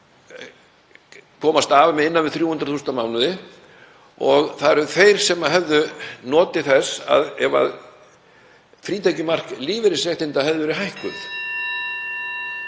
komast af með innan við 300.000 kr. á mánuði. Það eru þeir sem hefðu notið þess ef frítekjumark lífeyrisréttinda hefði verið hækkað.